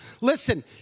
Listen